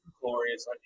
glorious